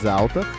alta